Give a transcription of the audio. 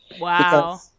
Wow